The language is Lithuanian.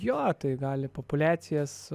jo gali populiacijas